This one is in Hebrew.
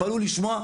תתפלאו לשמוע,